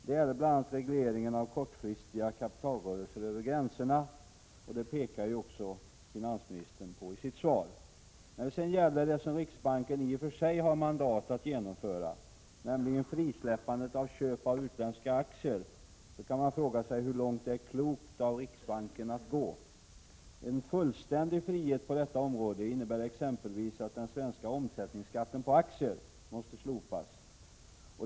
Det gäller bl.a. regleringen av kortfristiga kapitalrörelser över gränserna, vilket finansministern också pekade på i sitt svar. När det gäller frisläppandet av köp av utländska aktier — som riksbanken i och för sig har mandat att genomföra — kan man fråga sig hur långt det är klokt av riksbanken att gå. En fullständig frihet på detta område innebär exempelvis att den svenska omsättningsskatten på aktier måste slopas.